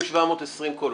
4,720 קולות.